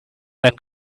than